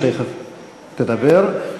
שתכף תדבר.